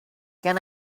can